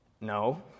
no